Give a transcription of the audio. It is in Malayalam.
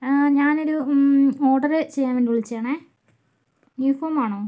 ആ ഞാനൊരു ഓർഡറ് ചെയ്യാൻ വേണ്ടി വിളിച്ചതാണേ ന്യൂ ഫോമാണോ